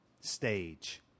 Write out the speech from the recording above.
stage